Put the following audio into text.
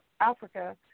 Africa